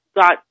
got